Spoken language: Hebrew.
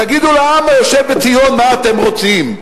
תגידו לעם היושב בציון מה אתם רוצים.